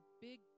big